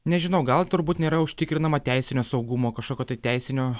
nežinau gal turbūt nėra užtikrinama teisinio saugumo kažkokio teisinio